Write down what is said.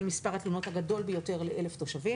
מספר התלונות הגדול ביותר לאלף תושבים.